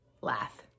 laugh